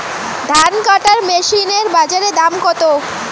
ধান কাটার মেশিন এর বাজারে দাম কতো?